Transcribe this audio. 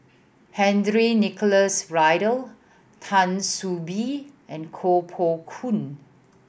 Henry Nicholas Ridley Tan See Boo and Koh Poh Koon